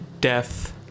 Death